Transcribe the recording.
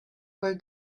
where